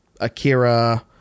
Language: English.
Akira